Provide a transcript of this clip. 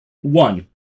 One